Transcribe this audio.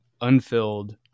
unfilled